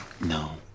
No